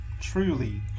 truly